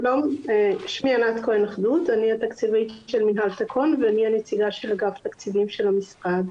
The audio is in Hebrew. תקון והנציגה של אגף תקציבים של המשרד.